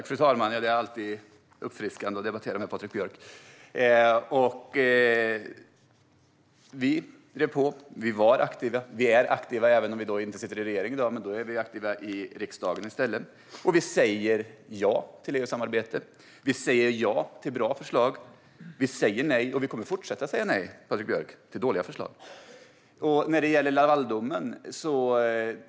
Fru talman! Det är alltid uppfriskande att debattera med Patrik Björck! Vi drev på. Vi var aktiva. Vi är aktiva. Vi sitter i dag inte i regeringsställning, men vi är i stället aktiva i riksdagen. Vi säger ja till EU-samarbete. Vi säger ja till bra förslag. Vi säger nej - och vi kommer att fortsätta att säga nej - till dåliga förslag, Patrik Björck.